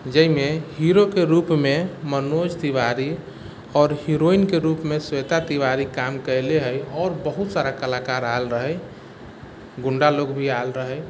जाहिमे हीरोके रूपमे मनोज तिवारी आओर हीरोइनके रूपमे स्वेता तिवारी काम कैले है आओर बहुत सारा कलाकार आयल रहै गुण्डा लोग भी आयल रहै